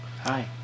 Hi